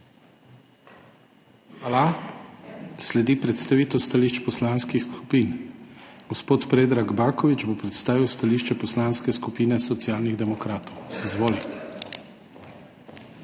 Hvala. Sledi predstavitev stališč poslanskih skupin. Gospod Predrag Baković bo predstavil stališče Poslanske skupine Socialnih demokratov. Izvoli.